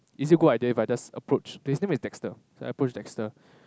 is it good idea if I just approach his name is Dexter I approach Dexter